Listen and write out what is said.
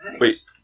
Wait